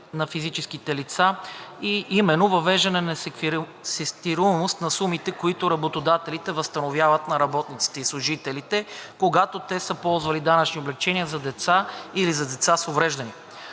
на физическите лица, именно въвеждане несеквестируемост на сумите, които работодателите възстановяват на работниците и служителите, когато те са ползвали данъчни облекчения за деца или за деца с увреждания.